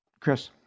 Chris